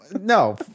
no